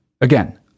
again